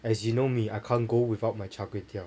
as you know me I can't go without my char kway teow